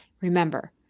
Remember